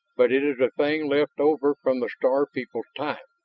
but it is a thing left over from the star people's time.